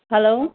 hello